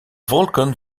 wolken